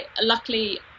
Luckily